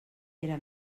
era